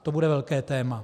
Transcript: To bude velké téma.